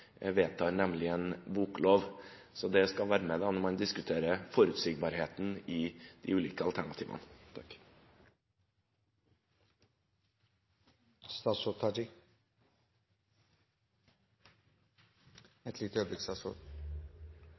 nemlig en boklov. Det skal være med når man diskuterer forutsigbarheten i de ulike alternativene.